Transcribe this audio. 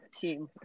team